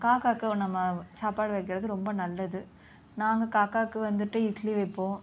காக்காவுக்கு நம்ம சாப்பாடு வைக்கிறது ரொம்ப நல்லது நாங்கள் காக்காவுக்கு வந்துட்டு இட்லி வைப்போம்